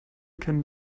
kennen